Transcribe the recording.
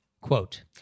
quote